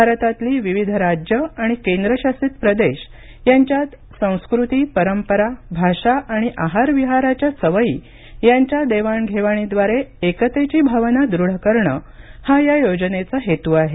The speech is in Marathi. भारतातली विविध राज्यं आणि केंद्रशासित प्रदेश यांच्यात संस्कृती परंपरा भाषा आणि आहार विहाराच्या सवयी यांच्या देवाणघेवाणीद्वारे एकतेची भावना दृढ करणं हा या योजनेचा हेतू आहे